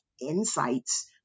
insights